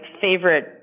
favorite